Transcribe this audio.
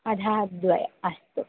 अधः द्वयम् अस्तु